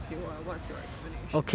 okay what's your explanation